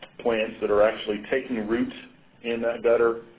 plants that are actually taking root in that gutter.